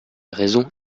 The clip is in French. raison